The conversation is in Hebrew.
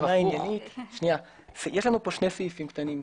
יש לנו פה שני סעיפים קטנים.